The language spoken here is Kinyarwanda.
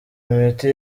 imiti